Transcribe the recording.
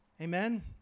Amen